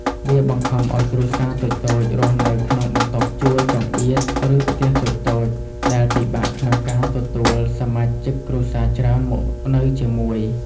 វាបង្ខំឱ្យគ្រួសារតូចៗរស់នៅក្នុងបន្ទប់ជួលចង្អៀត ឬផ្ទះតូចៗ ដែលពិបាកក្នុងការទទួលសមាជិកគ្រួសារច្រើនមកនៅជាមួយ។